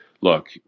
look